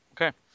Okay